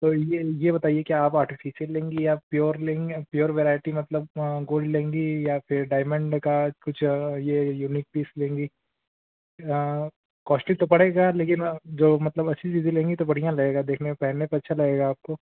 तो ये ये बताइए क्या आप आर्टिफिसियल लेंगी या प्योर लेंगी प्योर वेराइटी मतलब गोल्ड लेंगी या फिर डाइमंड का कुछ ये यूनिक पीस लेंगी कोश्टली तो पड़ेगा लेकिन जो मतलब अच्छी चीज़ें लेंगी तो बढ़ियां लगेगा देखने पहनने पर अच्छा लगेगा आपको